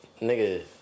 Nigga